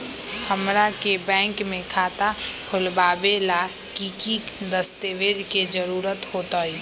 हमरा के बैंक में खाता खोलबाबे ला की की दस्तावेज के जरूरत होतई?